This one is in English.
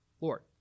Lord